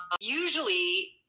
usually